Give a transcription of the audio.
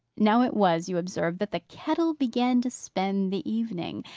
now it was, you observe, that the kettle began to spend the evening.